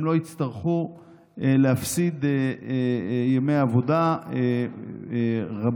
הם לא יצטרכו להפסיד ימי עבודה רבים,